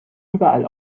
überall